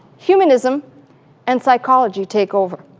humanism and psychology take over.